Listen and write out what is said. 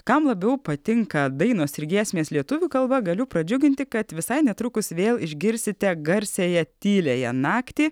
kam labiau patinka dainos ir giesmės lietuvių kalba galiu pradžiuginti kad visai netrukus vėl išgirsite garsiąją tyliąją naktį